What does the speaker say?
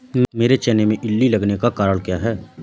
मेरे चने में इल्ली लगने का कारण क्या है?